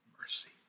mercy